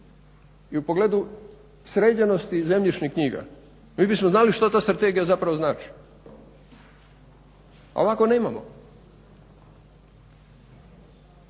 i u pogledu sređenosti zemljišnih knjiga mi bismo znali što ta strategija zapravo znači, a ovako nemamo.